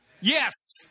Yes